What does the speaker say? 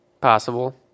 Possible